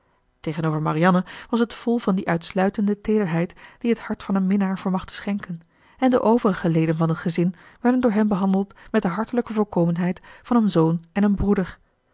tegenover marianne was het vol van die uitsluitende teederheid die het hart van een minnaar vermag te schenken en de overige leden van het gezin werden door hem behandeld met de hartelijke voorkomendheid van een zoon en een broeder